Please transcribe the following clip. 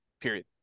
period